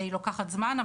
היא לוקחת זמן.